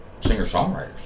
Singer-songwriters